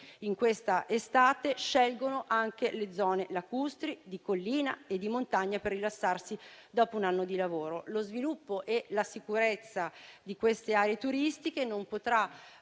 in questa estate scelgono anche le zone lacustri, di collina e di montagna, per rilassarsi dopo un anno di lavoro. Lo sviluppo e la sicurezza di queste aree turistiche non potranno